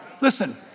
Listen